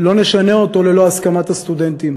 לא נשנה אותו ללא הסכמת הסטודנטים.